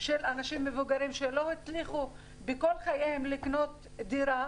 של אנשים מבוגרים שלא הצליחו בכל חייהם לקנות דירה,